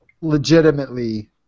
legitimately